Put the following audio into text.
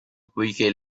poiché